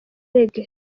reggae